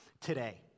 today